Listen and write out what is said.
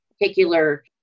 particular